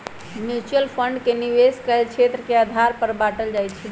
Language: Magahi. म्यूच्यूअल फण्ड के निवेश कएल गेल क्षेत्र के आधार पर बाटल जाइ छइ